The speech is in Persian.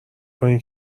کنی